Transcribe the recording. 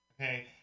Okay